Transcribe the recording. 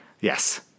Yes